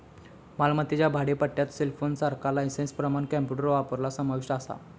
मालमत्तेच्या भाडेपट्ट्यात सेलफोनसारख्या लायसेंसप्रमाण कॉम्प्युटर वापरणा समाविष्ट असा